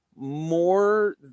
more